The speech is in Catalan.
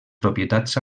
propietats